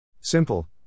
Simple